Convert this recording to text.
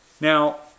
Now